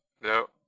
No